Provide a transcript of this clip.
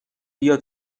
بیا